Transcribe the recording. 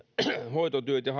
hoitotyöt ja